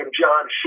John